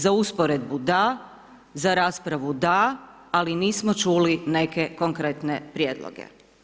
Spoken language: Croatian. Za usporedbu da, za raspravu da, ali nismo čuli neke konkretne prijedloge.